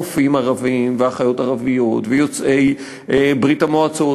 רופאים ערבים ואחיות ערביות ויוצאי ברית-המועצות,